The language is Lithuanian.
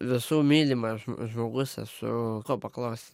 visų mylimas žmogus esu ko paklausi